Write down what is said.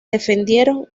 defendieron